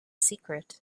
secret